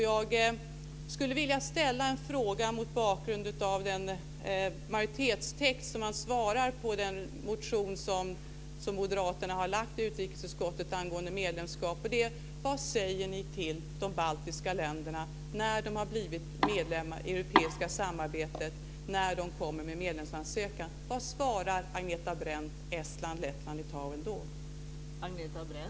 Jag skulle vilja ställa en fråga mot bakgrund av den majoritetstext som svarar på den motion som moderaterna har väckt i utrikesutskottet angående medlemskap. Vad säger ni till de baltiska länderna när de har blivit medlemmar i det europeiska samarbetet och kommer med sin medlemskapsansökan? Vad svarar Agneta Brendt Estland, Lettland och Litauen då?